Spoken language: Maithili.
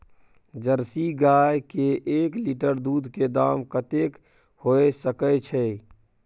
जर्सी गाय के एक लीटर दूध के दाम कतेक होय सके छै?